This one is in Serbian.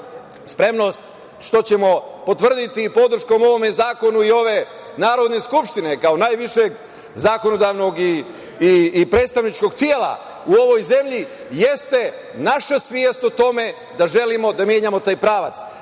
spremnost, što ćemo potvrditi i podrškom ovome zakonu i ove Narodne skupštine, kao najvišeg zakonodavnog i predstavničkog tela u ovoj zemlji, jeste naša svest o tome da želimo da menjamo taj pravac,